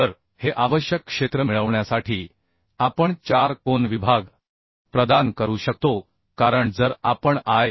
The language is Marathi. तर हे आवश्यक क्षेत्रफळ मिळवण्यासाठी आपण चार कोन विभाग प्रदान करू शकतो कारण जर आपण आय